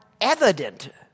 evident